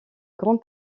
grand